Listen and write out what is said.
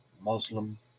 Muslim